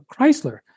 Chrysler